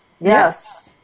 yes